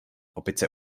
opice